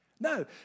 No